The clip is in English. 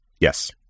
Yes